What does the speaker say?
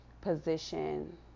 position